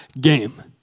game